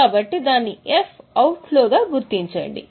కాబట్టి దాన్ని F out ఫ్లోగా గుర్తించండి